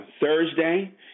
Thursday